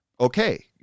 Okay